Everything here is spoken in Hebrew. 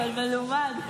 מלומד,